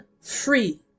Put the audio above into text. free